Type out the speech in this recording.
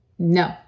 No